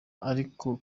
ariko